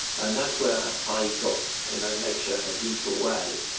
and that's where i got to know nature in a deeper way.